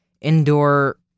indoor